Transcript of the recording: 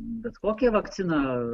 bet kokią vakciną